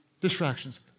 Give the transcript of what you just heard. distractions